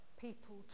people